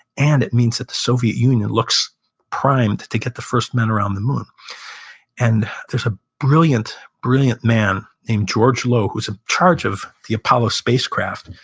and it means that the soviet union looks primed to get the first men around the moon and there's a brilliant, brilliant man named george low, who's in charge of the apollo spacecraft,